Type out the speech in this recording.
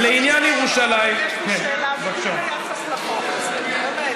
לעניין ירושלים, יש לי שאלה ביחס לחוק הזה.